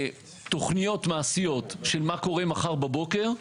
ותוכניות מעשיות של מה קורה מחר בבוקר,